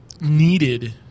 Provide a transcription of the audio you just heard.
needed